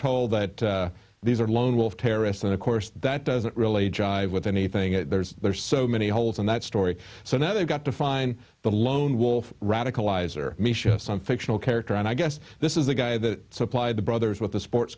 told that these are lone wolf terrorist and of course that doesn't really jive with anything there's there are so many holes in that story so now they've got to find the lone wolf radicalize or some fictional character and i guess this is the guy that supplied the brothers with the sports